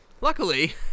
Luckily